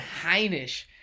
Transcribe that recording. Heinisch